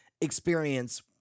experience